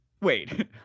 Wait